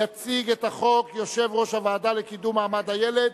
יציג את החוק יושב-ראש הוועדה לקידום מעמד הילד,